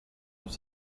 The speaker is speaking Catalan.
els